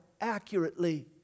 accurately